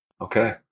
Okay